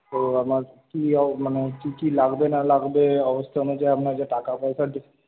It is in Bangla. তো আমার কী মানে কী কী লাগবে না লাগবে অবস্থা অনুযায়ী আপনাকে টাকা পয়সা